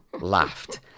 laughed